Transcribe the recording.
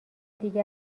دیگه